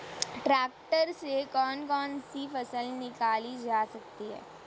Tractor से कौन कौनसी फसल निकाली जा सकती हैं?